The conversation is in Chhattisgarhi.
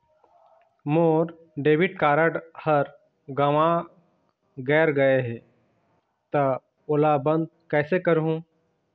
मोर डेबिट कारड हर गंवा गैर गए हे त ओला बंद कइसे करहूं?